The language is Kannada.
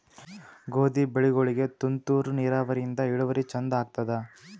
ಗೋಧಿ ಬೆಳಿಗೋಳಿಗಿ ತುಂತೂರು ನಿರಾವರಿಯಿಂದ ಇಳುವರಿ ಚಂದ ಆತ್ತಾದ?